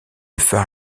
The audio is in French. phare